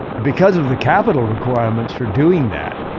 because of the capital requirements for doing that,